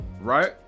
right